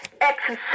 exercise